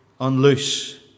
unloose